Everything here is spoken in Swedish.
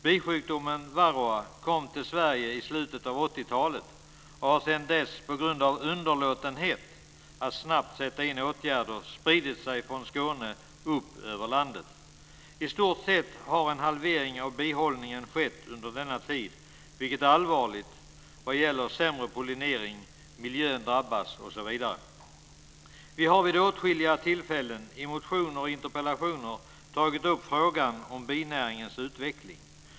Bisjukdomen varroa kom till Sverige i slutet av 80-talet och har sedan dess på grund av underlåtenhet att snabbt sätta in åtgärder spridit sig från Skåne upp över landet. I stort sett har en halvering av bihållningen skett under denna tid, vilket är allvarligt eftersom det blir sämre pollinering. Miljön drabbas osv. Vi har vid åtskilliga tillfällen i motioner och interpellationer tagit upp frågan om binäringens utveckling.